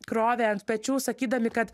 krovė ant pečių sakydami kad